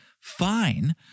fine